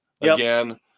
again